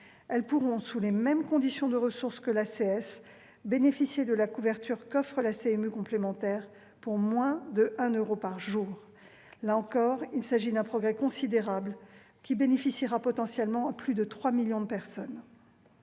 les personnes âgées : aux mêmes conditions de ressources que pour l'ACS, ces personnes pourront bénéficier de la couverture qu'offre la CMU complémentaire pour moins de un euro par jour. Là encore, il s'agit d'un progrès considérable, qui bénéficiera potentiellement à plus de 3 millions de personnes.